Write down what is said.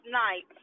night